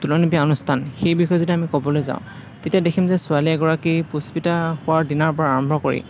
তোলনি বিয়া অনুষ্ঠান সেই বিষয়ে যদি আমি ক'বলৈ যাওঁ তেতিয়া দেখিম যে ছোৱালী এগৰাকী পুস্পিতা হোৱাৰ দিনাৰ পৰা আৰম্ভ কৰি